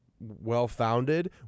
well-founded